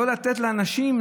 לא לתת לאנשים,